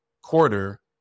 quarter